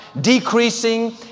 decreasing